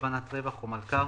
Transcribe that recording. כוונת ריווח" או "מלכ"ר",